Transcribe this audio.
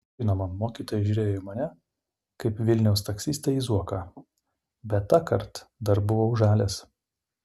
žinoma mokytojai žiūrėjo į mane kaip vilniaus taksistai į zuoką bet tąkart dar buvau žalias